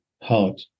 heart